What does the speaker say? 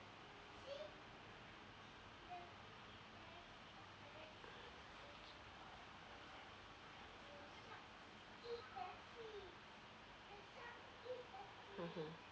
mmhmm